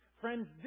Friends